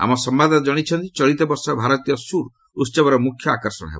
ଆମ ସମ୍ଘାଦଦାତା ଜଣାଇଛନ୍ତି ଚଳିତ ବର୍ଷ ଭାରତୀୟ ସୁର ଉତ୍ସବର ମୁଖ୍ୟ ଆକର୍ଷଣ ହେବ